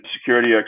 security